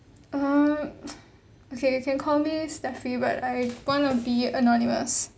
um okay you can call me stephy but I'm gonna be anonymous